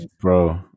Bro